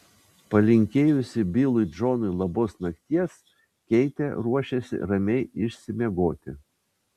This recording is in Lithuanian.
palinkėjusi bilui džonui labos nakties keitė ruošėsi ramiai išsimiegoti